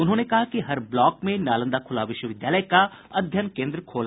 उन्होंने कहा कि हर ब्लॉक में नालंदा खुला विश्वविद्यालय का अध्ययन केन्द्र खोला जायेगा